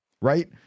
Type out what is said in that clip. right